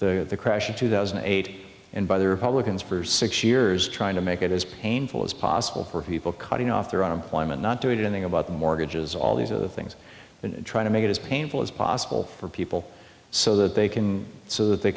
the crash of two thousand and eight and by the republicans for six years trying to make it as painful as possible for people cutting off their unemployment not do it in the about mortgages all these other things and trying to make it as painful as possible for people so that they can so that they